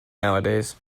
nowadays